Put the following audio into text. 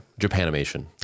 Japanimation